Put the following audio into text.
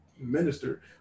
minister